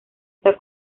está